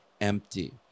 empty